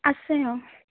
আছে অঁ